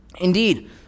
Indeed